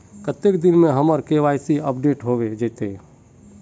कते दिन में हमर के.वाई.सी अपडेट होबे जयते?